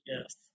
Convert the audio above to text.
Yes